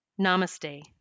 Namaste